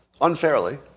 unfairly